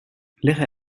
liggen